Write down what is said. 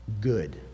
good